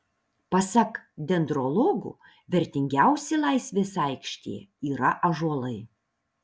pasak dendrologų vertingiausi laisvės aikštėje yra ąžuolai